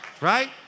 right